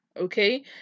Okay